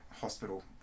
hospital